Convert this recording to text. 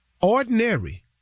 ordinary